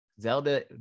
Zelda